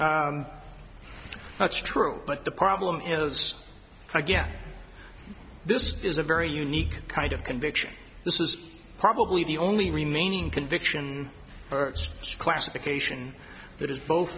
that's true but the problem is i guess this is a very unique kind of conviction this is probably the only remaining conviction classification that is both